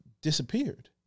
disappeared